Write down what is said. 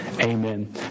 Amen